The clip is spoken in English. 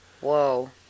Whoa